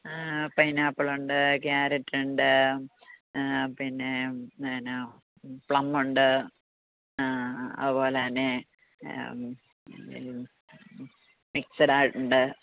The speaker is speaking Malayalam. ആ പൈനാപ്പിൾ ഉണ്ട് കാരറ്റ് ഉണ്ട് പിന്നെ പിന്നെ പ്ലം ഉണ്ട് അതുപോലെത്തന്നെ മിക്സഡ് ആയിട്ട് ഉണ്ട്